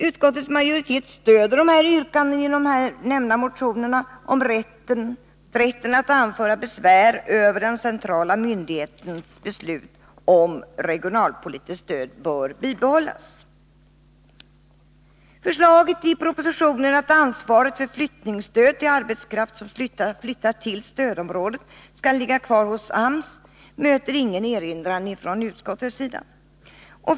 Utskottet stöder yrkandena i nyss nämnda motioner om att rätten att anföra besvär över den centrala myndighetens beslut om regionalpolitiskt stöd bör bibehållas. Förslaget i propositionen att ansvaret för flyttningsstöd till arbetskraft som flyttar till stödområdet skall ligga kvar på AMS möter ingen erinran från utskottets sida.